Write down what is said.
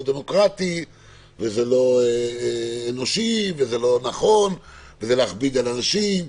דמוקרטי וזה לא אנושי וזה לא נכון וזה להכביד על אנשים,